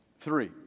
Three